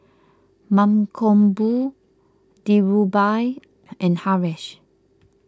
Mankombu Dhirubhai and Haresh